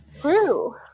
true